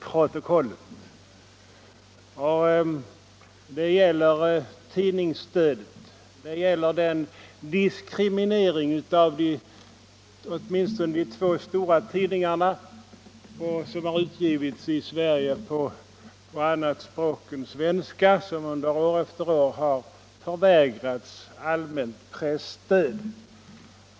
Jag avser då tidningsstödet och den diskriminering av = Riktlinjer för de två stora tidningar som ges ut i Sverige på annat språk än svenska = invandraroch och som år efter år har förvägrats allmänt presstöd.